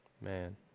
Man